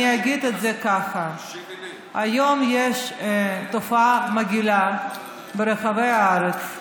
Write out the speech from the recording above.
אני אגיד את זה ככה: היום יש תופעה מגעילה ברחבי הארץ.